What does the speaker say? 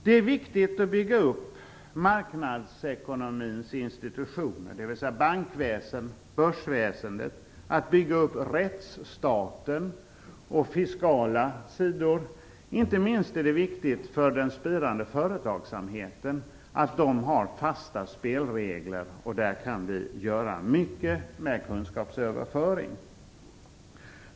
Det är viktigt att bygga upp marknadsekonomins institutioner, dvs. bankväsende och börsväsende, och att bygga upp rättsstaten och fiskala sidor. Det är inte minst viktigt för den spirande företagsamheten att de har fasta spelregler. Där kan vi göra mycket med kunskapsöverföring.